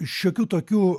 šiokių tokių